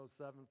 107